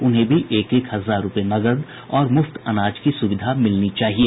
उन्हें भी एक एक हजार रूपये नकद और मुफ्त अनाज की सुविधा मिलनी चाहिए